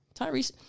Tyrese